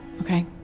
okay